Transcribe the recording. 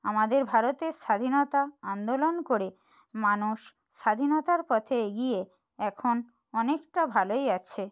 আমাদের ভারতের স্বাধীনতা আন্দোলন করে মানুষ স্বাধীনতার পথে এগিয়ে এখন অনেকটা ভালোই আছে